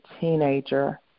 teenager